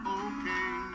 okay